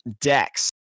decks